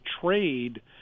trade